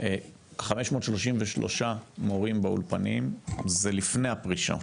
533 מורים באולפנים זה לפני הפרישות,